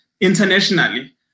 internationally